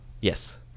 Yes